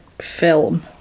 film